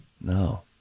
No